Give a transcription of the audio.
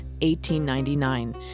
1899